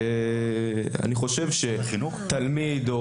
אני חושב שחינוך תלמיד,